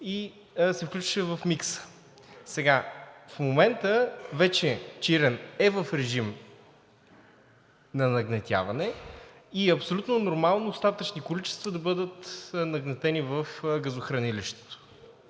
и се включваше в микса. Сега в момента вече Чирен е в режим да нагнетяваме и е абсолютно нормално остатъчни количества да бъдат нагнетени в газохранилището.